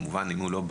אם הצולל הוא לא בגיר,